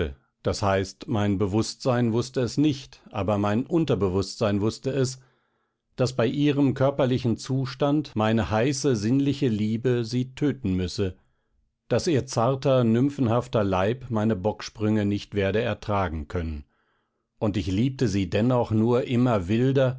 das heißt mein bewußtsein wußte es nicht aber mein unterbewußtsein wußte es daß bei ihrem körperlichen zustand meine heiße sinnliche liebe sie töten müsse daß ihr zarter nymphenhafter leib meine bocksprünge nicht werde ertragen können und ich liebte sie dennoch nur immer wilder